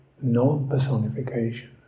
Non-personification